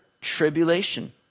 tribulation